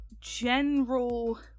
general